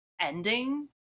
ending